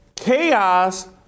chaos